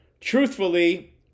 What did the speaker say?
Truthfully